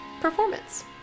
performance